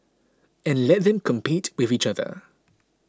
and let them compete with each other